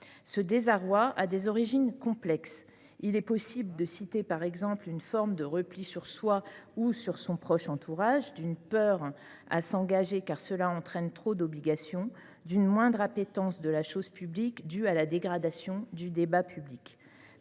Ce désarroi a des origines complexes. Il est ainsi possible d’évoquer une forme de repli sur soi ou sur son proche entourage, une peur de l’engagement, qui entraîne trop d’obligations, ou une moindre appétence pour la chose publique due à la dégradation du débat public.